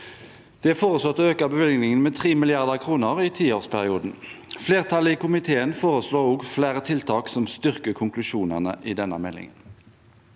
Det er foreslått å øke bevilgningene med 3 mrd. kr i tiårsperioden. Flertallet i komiteen foreslår også flere tiltak som styrker konklusjonene i denne meldingen.